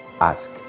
ask